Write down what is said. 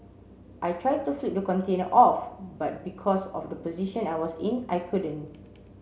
I tried to flip the container off but because of the position I was in I couldn't